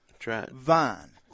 vine